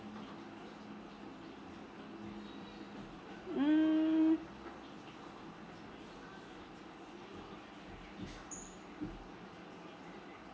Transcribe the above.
um